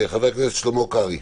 חבר הכנסת שלמה קרעי.